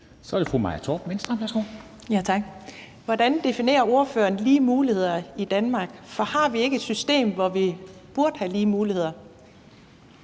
Kl. 11:01 Maja Torp (V): Tak. Hvordan definerer ordføreren lige muligheder i Danmark? For har vi ikke et system, hvor vi burde have lige muligheder?